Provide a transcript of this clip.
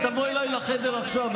תבוא אליי לחדר עכשיו.